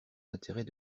intérêts